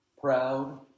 proud